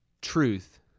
truth